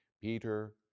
Peter